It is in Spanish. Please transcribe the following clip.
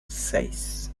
seis